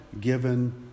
given